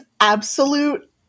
absolute